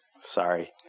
Sorry